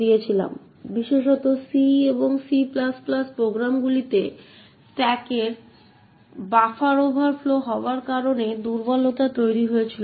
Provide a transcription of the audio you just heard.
সুতরাং আমরা ইতিমধ্যেই ফরম্যাট স্ট্রিং ভালনেরাবিলিটিজ এর তত্ত্বটি দেখেছি এবং কিছু উদাহরণ রয়েছে যা আমাদের তত্ত্বে নেওয়া হয়েছে